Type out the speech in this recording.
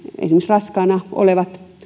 raskaana olevat